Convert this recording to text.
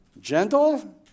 gentle